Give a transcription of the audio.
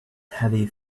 heavy